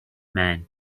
man